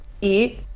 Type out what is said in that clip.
eat